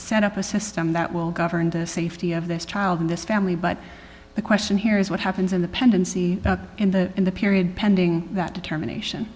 set up a system that will govern the safety of this child in this family but the question here is what happens in the pendency in the in the period pending that determination